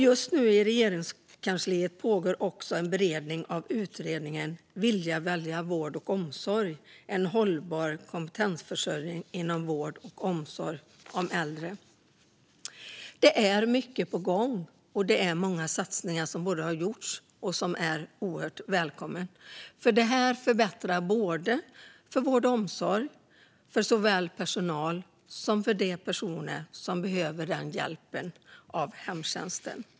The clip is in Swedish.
Just nu pågår i Regeringskansliet en beredning av betänkandet Vilja välja vård och omsorg - En hållbar kompetensförsörjning inom vård och omsorg om äldre . Det är mycket på gång, och det är många satsningar som borde ha gjorts och som skulle vara mycket välkomna. Detta förbättrar för både personalen och för de personer som behöver hjälpen av hemtjänsten.